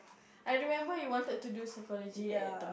I remember you wanted to do psychology at Tema